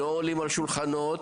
לא עולים על שולחנות.